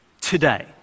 today